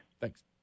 Thanks